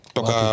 Toka